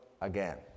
again